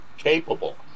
capable